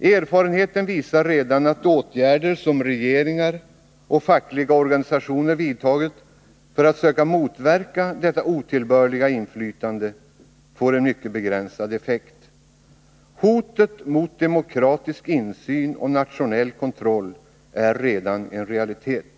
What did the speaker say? Erfarenheten visar redan att åtgärder som regeringar och fackliga organisationer vidtar för att söka motverka detta otillbörliga inflytande får en mycket begränsad effekt. Hotet mot demokratisk insyn och nationell kontroll är redan en realitet.